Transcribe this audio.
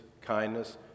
kindness